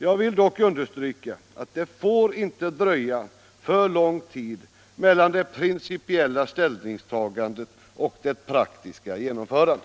Jag vill dock understryka att det inte får gå för lång tid mellan det principiella ställningstagandet och det praktiska genomförandet.